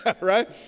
Right